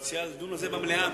אני מציע לדון בזה במליאה.